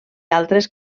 altres